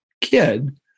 kid